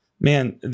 Man